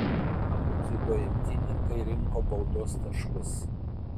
abu dziudo imtynininkai rinko baudos taškus